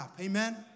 Amen